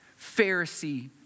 Pharisee